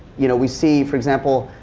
you know, we see, for example,